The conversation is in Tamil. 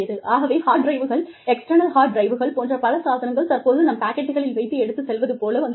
ஆகவே ஹார்ட் டிரைவ்கள் எக்ஸ்டர்னல் ஹார்டு டிரைவ்கள் போன்ற பல சாதனங்கள் தற்போது நம் பாக்கெட்களில் வைத்து எடுத்துச் செல்வது போல வந்துள்ளது